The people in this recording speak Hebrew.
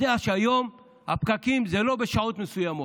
יודע שהיום הפקקים הם לא בשעות מסוימות,